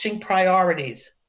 priorities